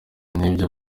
n’ibyo